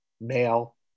male